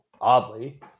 oddly